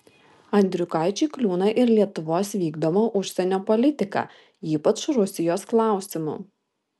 andriukaičiui kliūna ir lietuvos vykdoma užsienio politika ypač rusijos klausimu